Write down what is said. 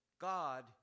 God